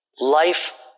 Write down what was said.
life